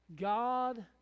God